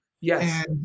yes